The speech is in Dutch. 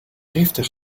giftig